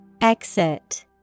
Exit